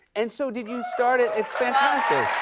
and so, did you start it? it's fantastic.